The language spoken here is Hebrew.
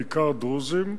בעיקר דרוזים.